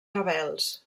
rebels